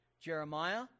Jeremiah